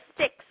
six